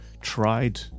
tried